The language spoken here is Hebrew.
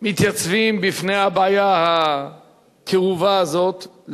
מתייצבים בפני הבעיה הכאובה הזאת,